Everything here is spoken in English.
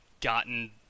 gotten